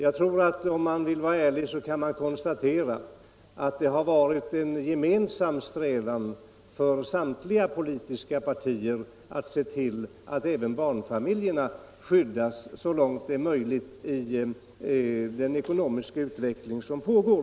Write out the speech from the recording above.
Vill man vara ärlig tror jag man kan konstatera att det har varit en gemensam strävan hos samtliga politiska partier att så långt möjligt skydda barnfamiljerna i den ekonomiska utveckling som pågår.